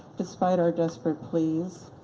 despite our desperate pleas.